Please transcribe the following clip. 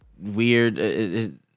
weird